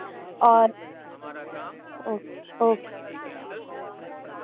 اور او اوکے